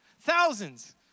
thousands